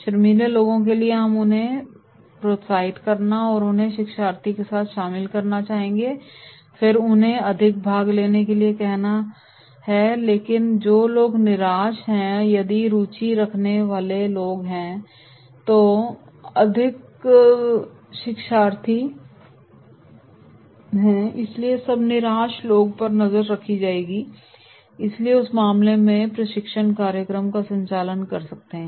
शर्मीले लोगों के लिए और हमें उन्हें प्रोत्साहित करना है उन्हें इन शिक्षार्थियों के साथ शामिल करना है और फिर उन्हें और अधिक भाग लेने के लिए कहना है लेकिन जो लोग निराश हैं यदि रुचि रखने वाले लोग हैं तो अधिक शिक्षार्थी अधिक हैं इसलिए तब निराश लोगों पर नजर रखी जाएगी और इसलिए उस मामले में हम प्रशिक्षण कार्यक्रम का संचालन कर सकते हैं